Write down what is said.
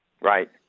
right